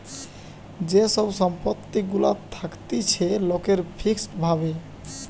যে সব সম্পত্তি গুলা থাকতিছে লোকের ফিক্সড ভাবে